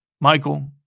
Michael